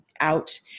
out